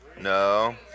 No